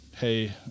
hey